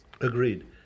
Agreed